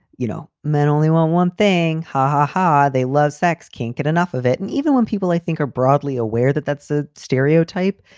you know, men only want one thing. ha ha ha. they love sex, can't get enough of it. and even when people they think are broadly aware that that's a stereotype.